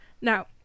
now